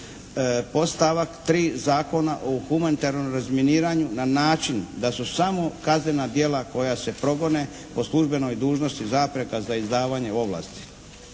podstavak 3. Zakona o humanitarnom razminiranju na način da su samo kaznena djela koja se progone po službenoj dužnosti zapreka za izdavanje ovlasti.